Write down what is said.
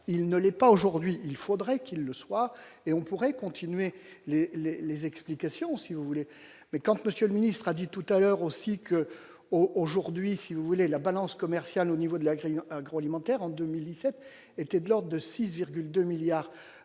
il ne l'est pas, aujourd'hui, il faudrait qu'il le soit et on pourrait continuer les, les, les explications si vous voulez, mais quand monsieur le ministre a dit tout à l'heure aussi que, aujourd'hui, si vous voulez, la balance commerciale au niveau de la grille agroalimentaire en 2017 était de l'ordre de 6,2 milliards